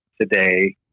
today